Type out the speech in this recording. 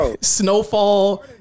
Snowfall